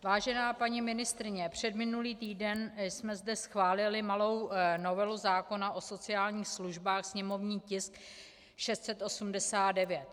Vážená paní ministryně, předminulý týden jsme zde schválili malou novelu zákona o sociálních službách, sněmovní tisk 689.